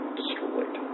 destroyed